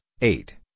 eight